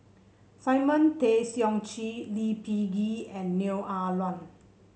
Simon Tay Seong Chee Lee Peh Gee and Neo Ah Luan